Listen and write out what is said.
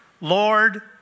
Lord